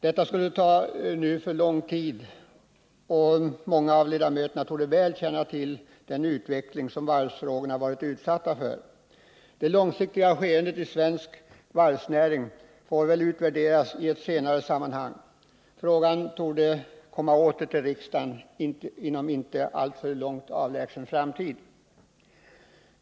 Detta skulle emellertid ta för lång tid, och dessutom torde många av ledamöterna väl känna till utvecklingen när det gäller varvsfrågorna. Det långsiktiga skeendet i svensk varvsnäring får väl utvärderas i ett senare sammanhang. Frågan torde komma åter till riksdagen inom en inte alltför avlägsen framtid.